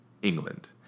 England